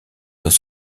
dans